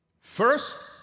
First